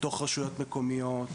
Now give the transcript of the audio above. בתוך רשויות מקומיות,